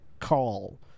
call